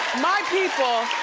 my people